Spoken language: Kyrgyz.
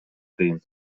кыйын